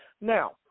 Now